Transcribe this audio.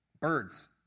Birds